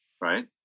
Right